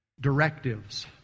directives